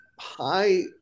high